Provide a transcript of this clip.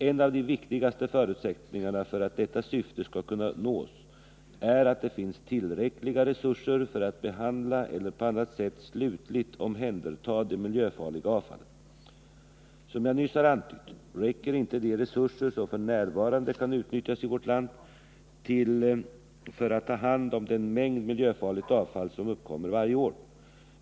En av de viktigaste förutsättningarna för att detta syfte skall kunna tillgodoses är att det finns tillräckliga resurser för att behandla eller på annat sätt slutligt omhänderta det miljöfarliga avfallet. Som jag nyss har antytt räcker inte de resurser till som f. n. kan utnyttjas i vårt land när det gäller att ta hand om den mängd miljöfarligt avfall som uppkommer varje år.